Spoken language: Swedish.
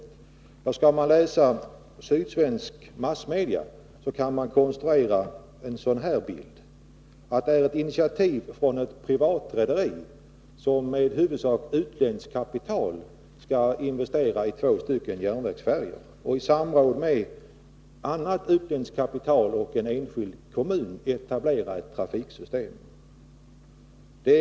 Efter att ha tagit — nät del av sydsvenska massmedia kan man konstruera en sådan här bild: Ett privatrederi tar initiativ för att med huvudsakligen utländskt kapital investera i två järnvägsfärjor och i samråd med annat utländskt kapital och en enskild kommun etablera ett trafiksystem.